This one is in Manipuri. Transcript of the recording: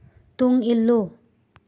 ꯇꯨꯡ ꯏꯜꯂꯨ